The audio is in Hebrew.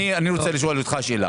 שאלה: